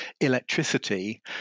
electricity